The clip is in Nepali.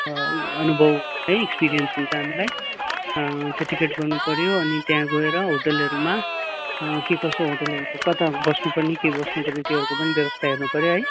अनुभव है एक्सपिरियन्स हुन्छ हामीलाई टिकट गर्नुपऱ्यो अनि त्यहाँ गएर होटेलहरूमा के कसो होटेलहरूको कता बस्नुपर्ने के बस्नुपर्ने त्योहरूको पनि व्यवस्था हेर्नुपऱ्यो है